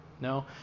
No